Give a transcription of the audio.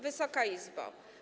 Wysoka Izbo!